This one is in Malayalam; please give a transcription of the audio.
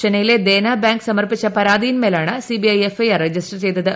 ചെന്നൈയിലെ ദേനാ ബാങ്ക് സമർപ്പിച്ച പരാതിയിന്മേലാണ് CBI F I R register ചെയ്തത്